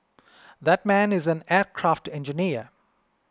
that man is an aircraft engineer